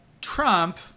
Trump